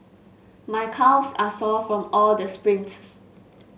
my calves are sore from all the sprints